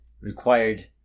required